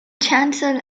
chancel